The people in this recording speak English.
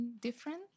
different